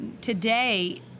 today